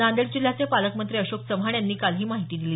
नांदेड जिल्ह्याचे पालकमंत्री अशोक चव्हाण यांनी काल ही माहिती दिली